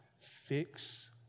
Fix